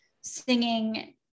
singing